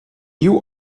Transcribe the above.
you